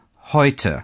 heute